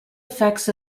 effects